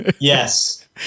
Yes